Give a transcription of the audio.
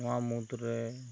ᱱᱚᱣᱟ ᱢᱩᱫᱽ ᱨᱮ